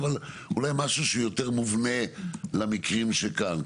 אבל אולי משהו שיותר מובנה למקרים שכאן.